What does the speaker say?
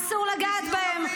אסור לגעת בהם.